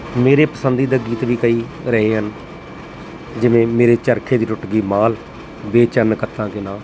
ਮੇਰੇ ਪਸੰਦੀਦਾ ਗੀਤ ਵੀ ਕਈ ਰਹੇ ਹਨ ਜਿਵੇਂ ਮੇਰੇ ਚਰਖੇ ਦੀ ਟੁੱਟ ਗਈ ਮਾਲ੍ਹ ਵੇ ਚੰਨ ਕੱਤਾਂ ਕੇ ਨਾ